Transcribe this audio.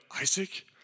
Isaac